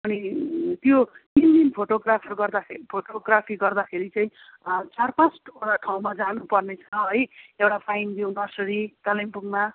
अनि त्यो तिन दिन फोटोग्राफ गर्दाखेरि फोटोग्राफी गर्दाखेरि चाहिँ चार पाँच ठाउँमा जानुपर्ने छ है एउटा पाइन भ्यू नर्सरी कालिम्पोङमा